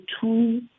two